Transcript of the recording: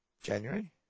January